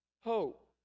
Hope